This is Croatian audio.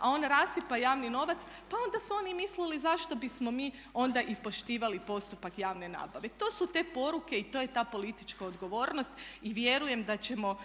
a on rasipa javni novac, pa onda su oni mislili zašto bismo mi onda i poštivali postupak javne nabave. To su te poruke i to je ta politička odgovornost. I vjerujem da ćemo